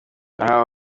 aha